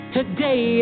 Today